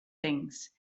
things